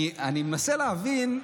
אני מנסה להבין,